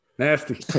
Nasty